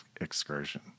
excursion